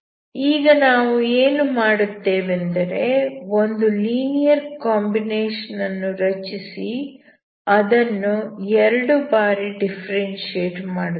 ಈಗ ನಾವು ಏನು ಮಾಡುತ್ತೇವೆ ಅಂದರೆ ಒಂದು ಲೀನಿಯರ್ ಕಾಂಬಿನೇಷನ್ ಅನ್ನು ರಚಿಸಿ ಅದನ್ನು ಎರಡು ಬಾರಿ ಡಿಫ್ಫೆರೆನ್ಶಿಯೇಟ್ ಮಾಡುತ್ತೇವೆ